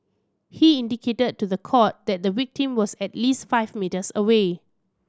he indicated to the court that the victim was at least five metres away